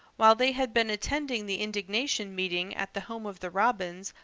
while they had been attending the indignation meeting at the home of the robins,